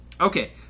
Okay